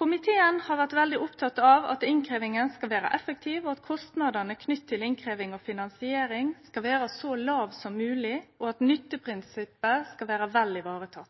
Komiteen har vore veldig oppteken av at innkrevjinga skal vere effektiv, at kostnadene knytte til innkrevjing og finansiering skal vere så låge som mogleg, og at nytteprinsippet skal vere vel teke vare på.